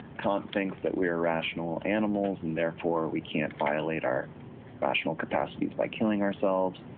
kant thinks that we are rational animals, and therefore we can't violate our rational capacities by killing ourselves.